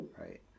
right